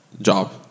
job